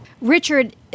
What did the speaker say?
Richard